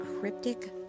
cryptic